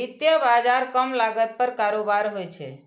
वित्तीय बाजार कम लागत पर कारोबार होइ छै